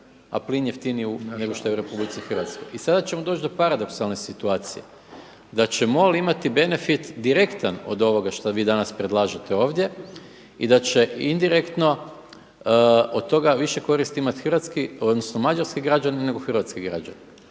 a plin jeftiniji nego što je u RH. I sada ćemo doći do paradoksalne situacije da će MOL imati benefit direktan od ovoga što vi danas predlažete ovdje i da će indirektno od toga više koristi imati hrvatski, odnosno mađarski građani nego hrvatski građani.